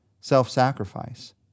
self-sacrifice